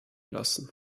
lassen